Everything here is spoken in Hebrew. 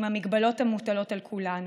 עם ההגבלות המוטלות על כולנו.